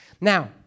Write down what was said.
Now